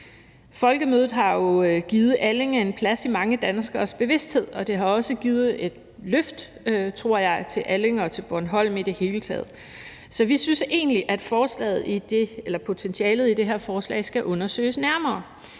Folkemødet har jo givet Allinge en plads i mange danskeres bevidsthed, og det har også givet et løft, tror jeg, til Allinge og til Bornholm i det hele taget. Så vi synes egentlig, at potentialet i det her forslag skal undersøges nærmere: